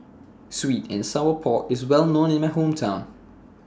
Sweet and Sour Pork IS Well known in My Hometown